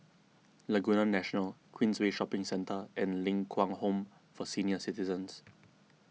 Laguna National Queensway Shopping Centre and Ling Kwang Home for Senior Citizens